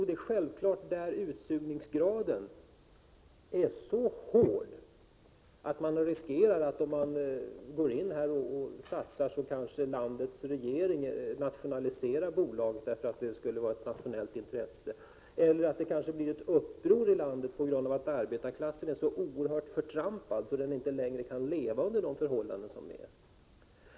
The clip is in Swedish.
Det finns länder, där utsugningsgraden är så hög att man riskerar att bolag kan nationaliseras eller att det kan bli uppror i landet på grund av att arbetarklassen är så oerhört förtrampad att den inte längre kan leva under de förhållanden som råder.